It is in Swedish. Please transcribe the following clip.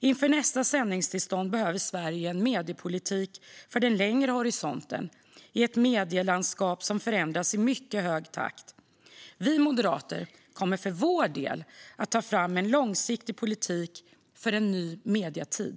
Inför nästa sändningstillstånd behöver Sverige en mediepolitik för den längre horisonten i ett medielandskap som förändras i mycket hög takt. Vi moderater kommer för vår del att ta fram en långsiktig politik för en ny medietid.